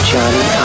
Johnny